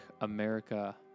America